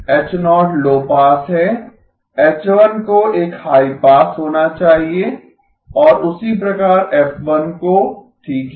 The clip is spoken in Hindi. H0 लो पास है H1 को एक हाई पास होना चाहिए और उसी प्रकार F1 को ठीक है